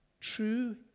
true